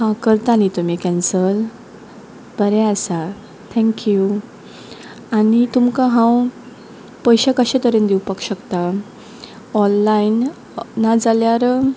हा करता न्ही तुमी कँसल बरें आसा थँक्यू आनी तुमकां हांव पयशे कशें तरेन दिवपाक शकता ऑनलायन नाजाल्यार